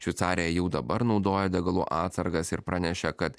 šveicarija jau dabar naudoja degalų atsargas ir pranešė kad